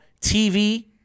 TV